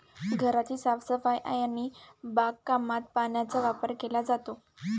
घराची साफसफाई आणि बागकामात पाण्याचा वापर केला जातो